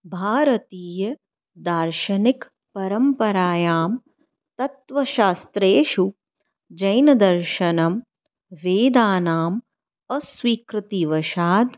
भारतीयदार्शनिकपरम्परायां तत्त्वशास्त्रेषु जैनदर्शनं वेदानाम् अस्वीकृतिवशात्